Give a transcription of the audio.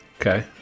Okay